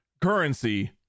currency